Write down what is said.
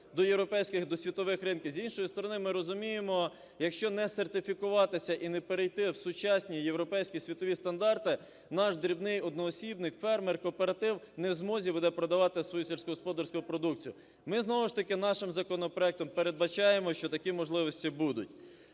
до європейських, до світових ринків, з іншої сторони, ми розуміємо, якщо не сертифікуватися і не перейти в сучасні європейські, світові стандарти, наш дрібний одноосібник-фермер, кооператив не в змозі буде продавати свою сільськогосподарську продукцію. Ми ж знову ж таки нашим законопроектом передбачаємо, що такі можливості будуть.